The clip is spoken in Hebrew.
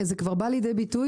זה כבר בא לידי ביטוי?